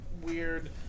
weird